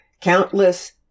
countless